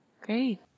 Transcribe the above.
Great